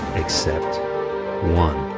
except one.